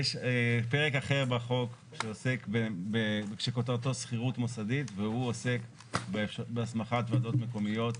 יש פרק אחר בחוק שכותרתו סחירות מוסדית והוא עוסק בהסמכת ועדות מקומיות